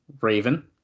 Raven